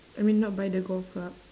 I mean not by the golf club